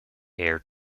air